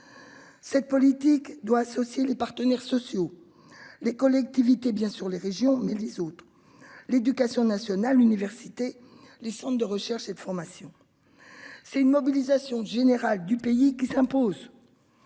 Cette politique doit associer les partenaires sociaux. Les collectivités bien sur les régions mais les autres. L'éducation nationale, l'université, le Centre de recherche et de formation. C'est une mobilisation générale du pays qui s'impose.